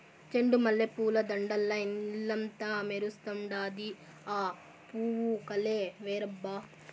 చెండు మల్లె పూల దండల్ల ఇల్లంతా మెరుస్తండాది, ఆ పూవు కలే వేరబ్బా